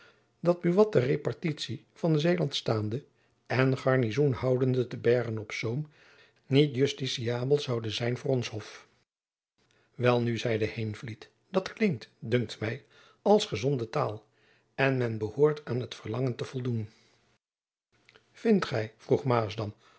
dat buat ter repartitie van zeeland staande en garnizoen houdende te bergen-op-zoom niet justiciabel zoude zijn voor ons hof welnu zeide heenvliet dat klinkt dunkt my als gezonde taal en men behoort aan het verlangen te voldoen jacob van lennep elizabeth musch vindt gy vroeg maasdam